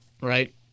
right